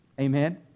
Amen